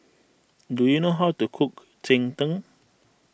do you know how to cook Cheng Tng